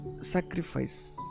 sacrifice